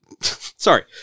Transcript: Sorry